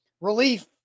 relief